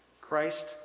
Christ